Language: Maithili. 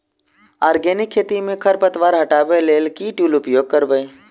आर्गेनिक खेती मे खरपतवार हटाबै लेल केँ टूल उपयोग करबै?